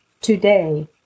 Today